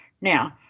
Now